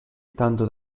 tanto